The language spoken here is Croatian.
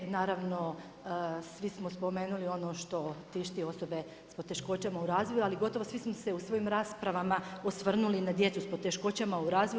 Naravno svi smo spomenuli ono što tišti osobe s poteškoćama u razvoju ali gotovo svi smo se u svojim raspravama osvrnuli na djecu s poteškoćama u razvoju.